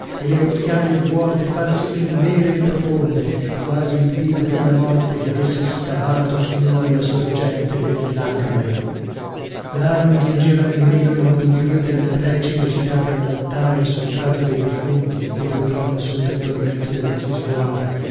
e le occhiaie vuote farsi più nere e profonde quasi il dito della morte vi avesse scavato fino alla sorgente delle lagrime là non giungeva nemmeno il mormorio delle preci recitate allaltare in suffragio dei defunti che dormivano sotto il pavimento della chiesuola